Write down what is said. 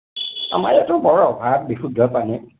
আমাৰ ইয়াতো বৰ অভাৱ বিশুদ্ধ পানীৰ